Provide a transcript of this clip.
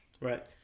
Right